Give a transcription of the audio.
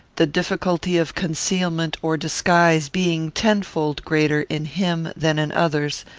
the difficulty of concealment or disguise being tenfold greater in him than in others,